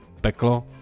peklo